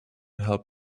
help